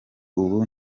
ubu